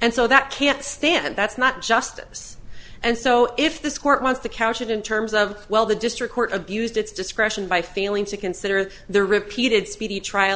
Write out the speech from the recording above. and so that can't stand that's not justice and so if this court wants to couch it in terms of well the district court abused its discretion by failing to consider the repeated speedy trial